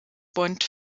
bond